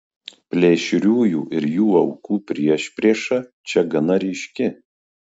plėšriųjų ir jų aukų priešprieša čia gana ryški